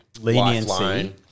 leniency